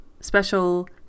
special